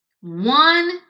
One